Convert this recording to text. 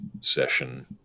session